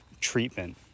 treatment